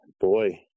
Boy